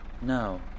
No